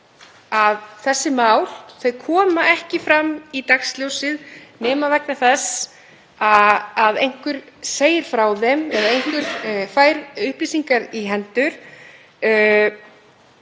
að þessi mál koma ekki fram í dagsljósið nema vegna þess að einhver segir frá þeim eða einhver fær upplýsingar í hendur.